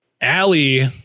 Allie